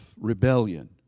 rebellion